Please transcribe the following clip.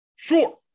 sure